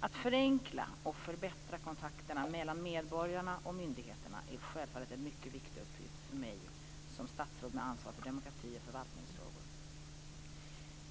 Att förenkla och förbättra kontakterna mellan medborgarna och myndigheterna är självfallet en mycket viktig uppgift för mig som statsråd med ansvar för demokrati och förvaltningsfrågor.